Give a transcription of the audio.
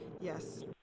Yes